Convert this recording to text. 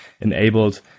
enabled